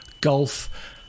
golf